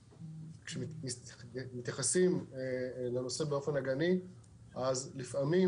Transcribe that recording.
וכשמתייחסים לנושא באופן אגני אז לפעמים